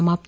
समाप्त